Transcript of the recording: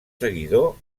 seguidor